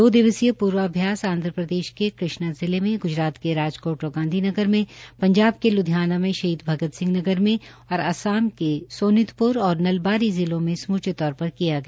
दो दिवसीय पूर्वाभ्यास के आंध्रपदेश के कृष्ण जिले में ग्रजरात के राजकोट और गांधी नगर में पंजाब के ल्रधियाना में शहीद भगत सिंह नगर में और आसाम के सोनितप्र और नलबारी जिलों में समूचे तौर पर किया गया